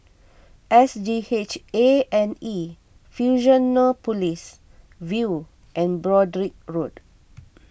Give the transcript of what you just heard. S G H A and E Fusionopolis View and Broadrick Road